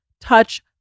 touch